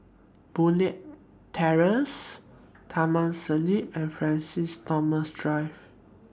Boon Leat Terrace Taman Siglap and Francis Thomas Drive